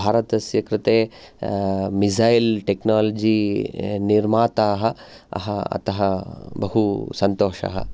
भारतस्य कृते missile technology निर्माताः अतः बहुसन्तोषः